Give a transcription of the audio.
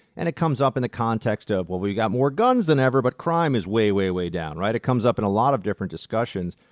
and it comes up in the context of, well we got more guns than ever, but crime is way, way, way down right? it comes up in a lot of different discussions.